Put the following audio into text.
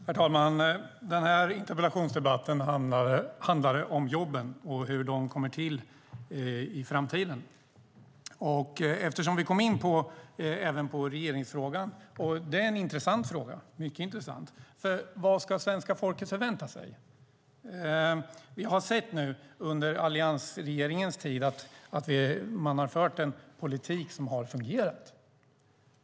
Herr talman! Den här interpellationsdebatten har handlat om jobben och hur de kommer till i framtiden. Vi kom även in på regeringsfrågan, som är en mycket intressant fråga. Vad ska svenska folket förvänta sig? Vi har under alliansregeringens tid sett att man har fört en politik som har fungerat.